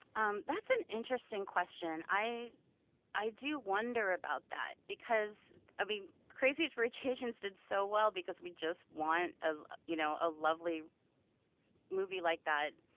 um that's an interesting question. i i do wonder about that because i mean, crazy rich asians did so well because we just want, ah you know a lovely movie like that.